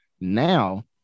now